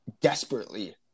desperately